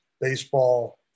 baseball